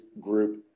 group